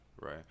right